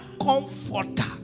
comforter